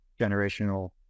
generational